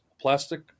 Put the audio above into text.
plastic